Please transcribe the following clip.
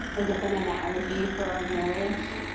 is this an analogy for our marriage?